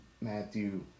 Matthew